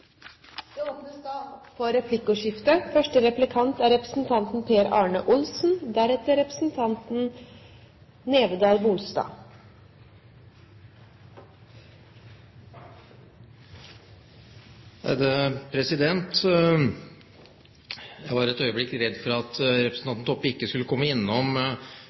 Det åpnes for replikkordskifte. Jeg var et øyeblikk redd for at representanten Toppe ikke skulle komme innom